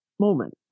moment